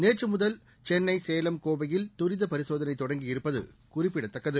நேற்று முதல் சென்னை சேலம் கோவையில் தரித பரிசோதனை தொடங்கியிருப்பது குறிப்பிடத்தக்கது